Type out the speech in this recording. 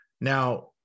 Now